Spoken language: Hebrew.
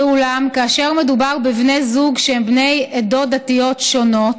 אולם כאשר מדובר בבני זוג שהם בני עדות דתיות שונות,